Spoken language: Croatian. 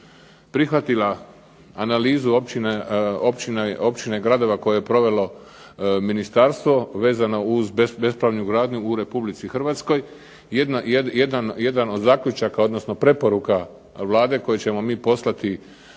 prihvatila analizu općine i gradova koje je provelo ministarstvo vezano uz bespravnu gradnju u Republici Hrvatskoj. Jedan od zaključaka odnosno preporuka Vlade koji ćemo mi poslati